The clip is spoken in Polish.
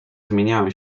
zmieniają